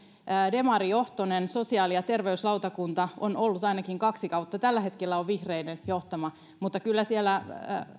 sosiaali ja terveyslautakunta on ollut demarijohtoinen ainakin kaksi kautta tällä hetkellä se on vihreiden johtama mutta kyllä siellä